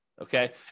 okay